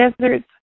deserts